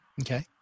Okay